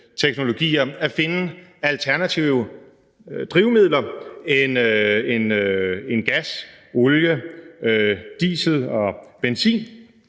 power-to-x-teknologier at finde alternative drivmidler til gas, olie, diesel og benzin,